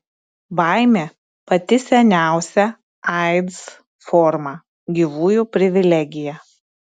baimė pati seniausia aids forma gyvųjų privilegija